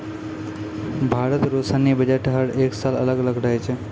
भारत रो सैन्य बजट हर एक साल अलग अलग रहै छै